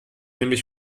nämlich